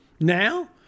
Now